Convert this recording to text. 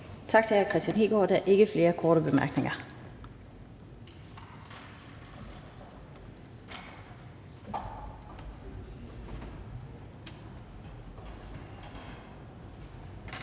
Tak til fru Marie Krarup. Der er ikke nogen korte bemærkninger.